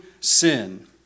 sin